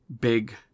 big